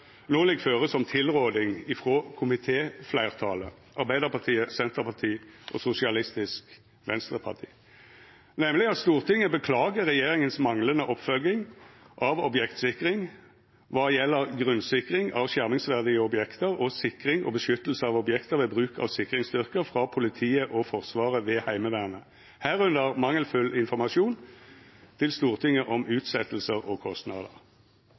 føre som tilråding frå komitéfleirtalet – Arbeidarpartiet, Senterpartiet og Sosialistisk Venstreparti: «Stortinget beklager regjeringens manglende oppfølging av objektsikring hva gjelder grunnsikring av skjermingsverdige objekter og sikring og beskyttelse av objekter ved bruk av sikringsstyrker fra politiet og Forsvaret ved Heimevernet, herunder mangelfull informasjon til Stortinget om utsettelser og kostnader.»